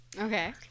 Okay